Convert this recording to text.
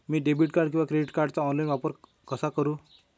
मी debit किंवा credit कार्डचा online वापर कसा करु?